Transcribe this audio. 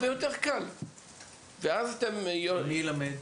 מי ילמד?